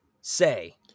Say